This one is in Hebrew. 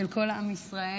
של כל עם ישראל.